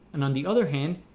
and on the other hand,